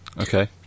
Okay